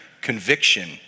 Conviction